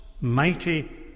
mighty